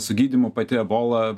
su gydymu pati ebola